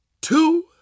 two